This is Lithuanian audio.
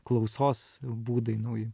klausos būdai nauji